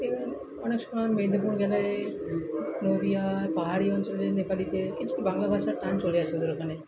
এরম অনেক সময় মেদিনীপুর গেলে নদিয়া পাহাড়ি অঞ্চলের নেপালিতে কিছু বাংলা ভাষার টান চলে আসে ওদের ওখানে